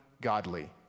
godly